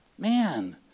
Man